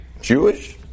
Jewish